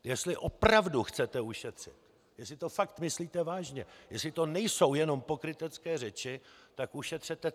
Jestli opravdu chcete ušetřit, jestli to fakt myslíte vážně, jestli to nejsou jenom pokrytecké řeči, tak ušetřete teď!